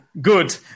Good